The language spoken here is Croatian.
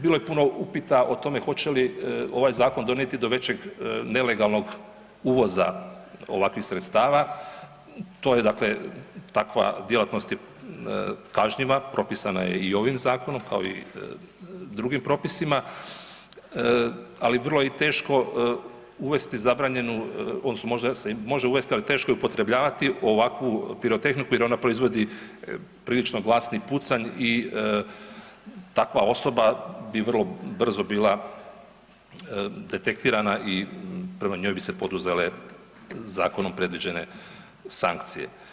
Bilo je puno upita o tome hoće li ovaj zakon donijeti do većeg nelegalnog uvoza ovakvih sredstava, to je takva djelatnost kažnjiva, propisana je i ovim zakonom kao i drugim propisima, ali vrlo je teško uvesti zabranjenu odnosno možda se i može uvesti ali teško je upotrebljavati ovakvu pirotehniku jer ona proizvodi prilično glasni pucanj i takva osoba bi vrlo brzo bila detektirana i prema njoj bi se poduzele zakonom predviđene sankcije.